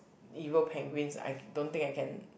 evil penguins I don't think I can